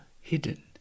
hidden